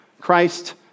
Christ